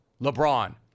LeBron